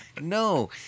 no